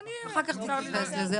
אנחנו עובדים על זה -- אחר כך תתייחס לזה,